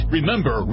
Remember